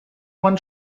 man